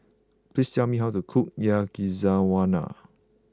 please tell me how to cook Yakizakana